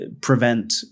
prevent